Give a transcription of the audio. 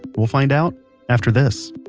we'll find out after this